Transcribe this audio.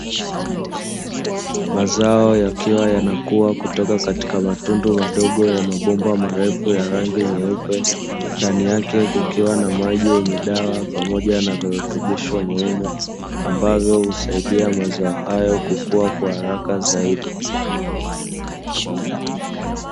Mazao yakiwa yanakua kutoka katika matundu madogo ya mabomba marefu ya rangi nyeupe ndani yake kukiwa na maji yenye dawa pamoja na virutubisho muhimu ambavyo husaidia mazao hayo kukua kwa haraka zaidi.